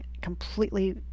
completely